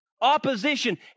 opposition